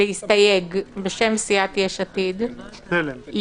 להסתייג בשם סיעת יש עתיד-תל"ם,